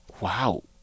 wow